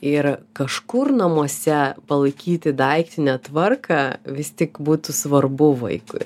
ir kažkur namuose palaikyti daiktinę tvarką vis tik būtų svarbu vaikui